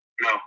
no